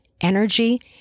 energy